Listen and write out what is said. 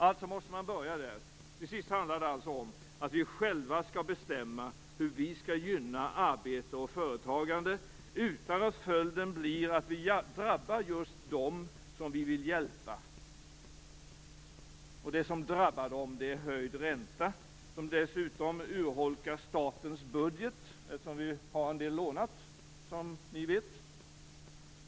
Alltså måste man börja där. Till sist handlar det alltså om att vi själva skall bestämma hur vi skall gynna arbete och företagande utan att följden blir att det drabbar just dem vi vill hjälpa. Det som drabbar dem är höjd ränta. Den urholkar dessutom statens budget eftersom vi har lånat en del som ni vet.